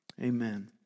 Amen